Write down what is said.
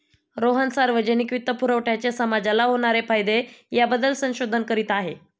रोहन सार्वजनिक वित्तपुरवठ्याचे समाजाला होणारे फायदे याबद्दल संशोधन करीत आहे